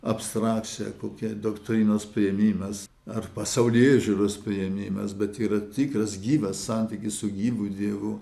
abstrakcija kokia doktrinos priėmimas ar pasaulėžiūros priėmimas bet yra tikras gyvas santykis su gyvu dievu